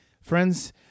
Friends